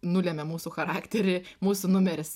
nulemia mūsų charakterį mūsų numeris